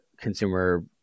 Consumer